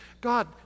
God